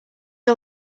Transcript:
all